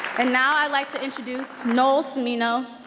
and now i'd like to introduce noel so cimmino,